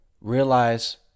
Realize